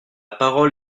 parole